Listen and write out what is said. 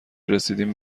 رسیدین